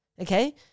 okay